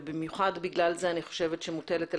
ובמיוחד בגלל זה אני חושבת שמוטלת עלינו,